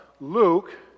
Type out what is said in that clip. Luke